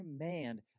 command